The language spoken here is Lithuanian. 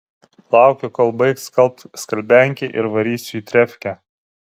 laukiu kol baigs skalbt skalbiankė ir varysiu į trefkę